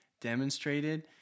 demonstrated